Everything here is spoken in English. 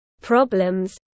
problems